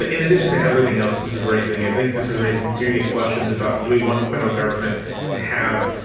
ah in addition to everything else this is raising, i think this is raising serious questions about do we want the federal government to have,